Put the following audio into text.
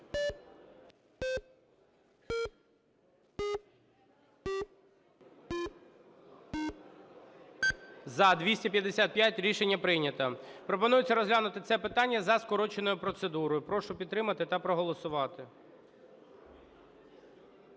За-255 Рішення прийнято. Пропонується розглянути це питання за скороченою процедурою. Прошу підтримати та проголосувати.